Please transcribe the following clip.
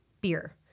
beer